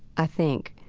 i think.